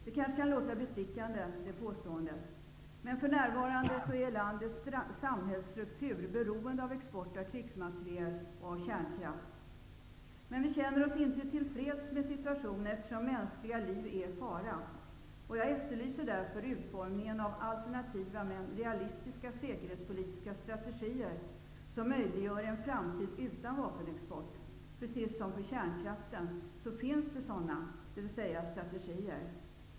Det påståendet kan kanske låta bestickande. För närvarande är landets samhällsstruktur beroende av export av krigsmateriel och kärnkraft. Men vi känner oss inte till freds med situationen, eftersom mänskliga liv är i fara. Jag efterlyser därför utformningen av alternativa men realistiska säkerhetspolitiska strategier som möjliggör en framtid utan vapenexport. Precis som för kärnkraften finns det sådana strategier.